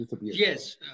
Yes